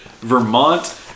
Vermont